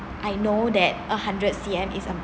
I know that a hundred C_M is a